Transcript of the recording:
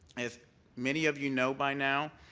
as many of you know by now,